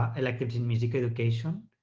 electives in music education